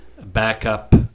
backup